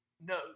no